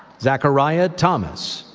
zachariah thomas,